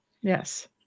Yes